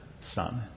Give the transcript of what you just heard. Son